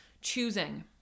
choosing